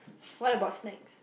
what about snacks